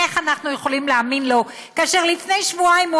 איך אנחנו יכולים להאמין לו כאשר לפני שבועיים הוא